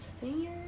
senior